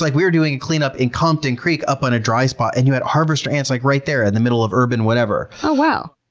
like we were doing a cleanup in compton creek up on a dry spot and you had harvester ants like right there in and the middle of urban whatever. oh wow.